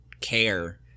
care